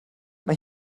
mae